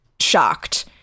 shocked